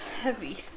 heavy